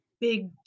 big